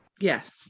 Yes